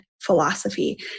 philosophy